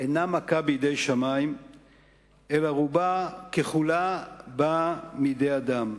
אינה מכה בידי שמים אלא רובה ככולה באה מידי אדם.